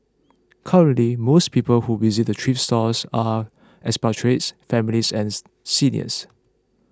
currently most people who visit the thrift stores are expatriates families and seniors